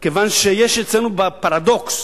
כיוון שיש אצלנו פרדוקס